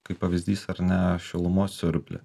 kaip pavyzdyd ar ne šilumos siurblį